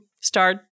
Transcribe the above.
start